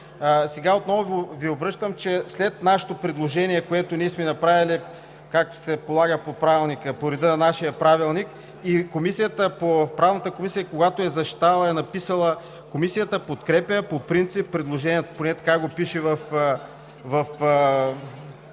Сега отново Ви обръщам внимание, че след нашето предложение, което сме направили, както се полага по реда на нашия Правилник, и Правната комисия, когато я е защитавала, е написала: „Комисията подкрепя по принцип предложението“, поне така го пише в…